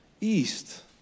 East